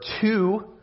two